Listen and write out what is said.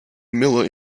miller